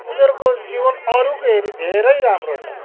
उनीहरको जीवन अरूको हेरी धेरै राम्रो छ